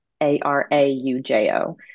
a-r-a-u-j-o